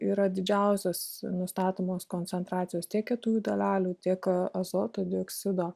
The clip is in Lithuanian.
yra didžiausios nustatomos koncentracijos tiek kietųjų dalelių tiek azoto dioksido